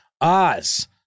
Oz